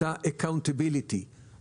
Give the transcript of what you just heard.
את הaccountability .